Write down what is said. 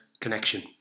Connection